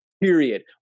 Period